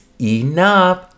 enough